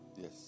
yes